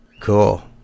Cool